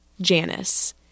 janice